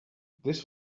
this